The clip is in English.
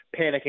panicking